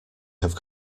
have